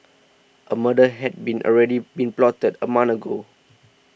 a murder had been already been plotted a month ago